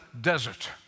desert